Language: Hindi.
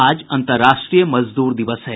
आज अंतर्राष्ट्रीय मजदूर दिवस है